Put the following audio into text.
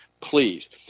please